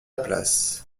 place